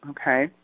okay